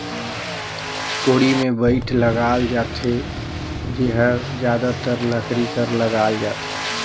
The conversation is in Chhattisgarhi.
कोड़ी मे बेठ लगाल जाथे जेहर जादातर लकरी कर लगाल जाथे